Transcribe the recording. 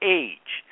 age